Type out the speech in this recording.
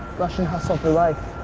russian hustle for life.